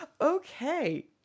Okay